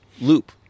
loop